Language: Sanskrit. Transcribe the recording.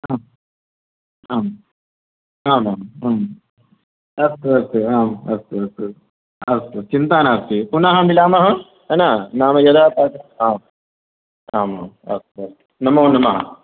आम् आम् आमाम् आम् अस्तु अस्तु आम् अस्तु अस्तु अस्तु चिन्ता नास्ति पुनः मिलामः है न नाम यदा आम् आमाम् अस्तु अस्तु नमो नमः